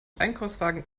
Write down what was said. einkaufswagen